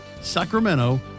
Sacramento